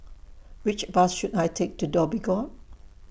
Which Bus should I Take to Dhoby Ghaut